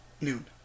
noon